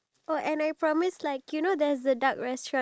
I have no idea man